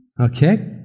Okay